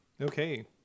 Okay